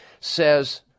says